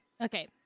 Okay